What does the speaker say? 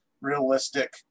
realistic